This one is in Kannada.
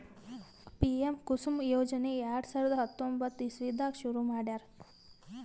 ಪಿಎಂ ಕುಸುಮ್ ಯೋಜನೆ ಎರಡ ಸಾವಿರದ್ ಹತ್ತೊಂಬತ್ತ್ ಇಸವಿದಾಗ್ ಶುರು ಮಾಡ್ಯಾರ್